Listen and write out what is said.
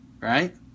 right